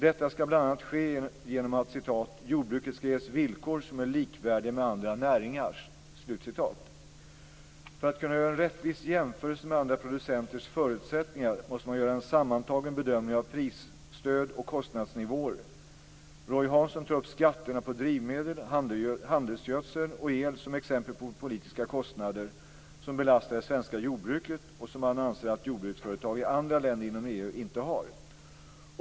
Detta skall bl.a. ske genom att "jordbruket skall ges villkor som är likvärdiga med andra näringars." För att kunna göra en rättvis jämförelse med andra producenters förutsättningar måste man göra en sammantagen bedömning av pris-, stöd och kostnadsnivåer. Roy Hansson tar upp skatterna på drivmedel, handelsgödsel och el som exempel på politiska kostnader som belastar det svenska jordbruket och som han anser att jordbruksföretag i andra länder inom EU inte har.